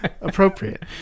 Appropriate